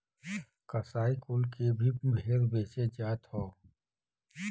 कसाई कुल के भी भेड़ बेचे जात हौ